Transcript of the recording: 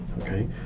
okay